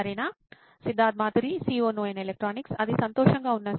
Siddharth Maturi CEO నోయిన్ electronics అది సంతోషంగా ఉన్న సామ్